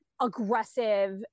aggressive